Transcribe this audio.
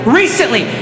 recently